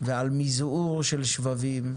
ועל מיזרור של שבבים.